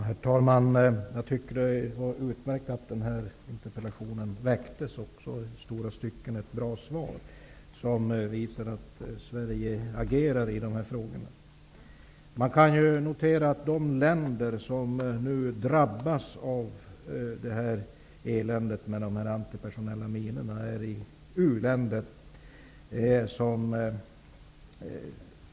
Herr talman! Jag tycker att det var utmärkt att denna interpellation ställdes. Det var i stora stycken ett bra svar, som visade att Sverige agerar i de här frågorna. Man kan notera att de länder som drabbas av eländet med de antipersonella minorna är u-länder.